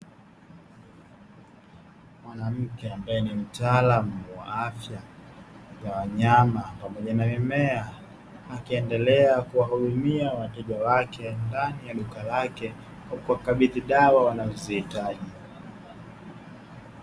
Mwanamke ambaye ni mtaalamu wa afya za wanyama pamoja na mimea, akiendelea kuwahudumia wateja wake ndani ya duka lake kwa kuwakabidhi dawa wanazozihitaji.